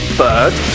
bird